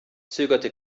zögerte